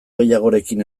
gehiagorekin